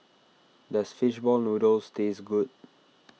does Fish Ball Noodles taste good